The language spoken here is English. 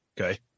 Okay